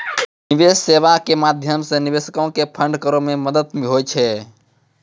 निवेश सेबा के माध्यमो से निवेशको के फंड करै मे मदत होय छै